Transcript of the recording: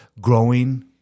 growing